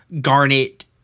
Garnet